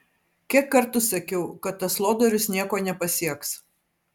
kiek kartų sakiau kad tas lodorius nieko nepasieks